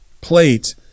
plate